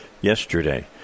yesterday